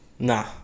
Nah